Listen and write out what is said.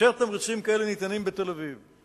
שכאשר תמריצים כאלה ניתנים בתל-אביב,